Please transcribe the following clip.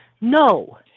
no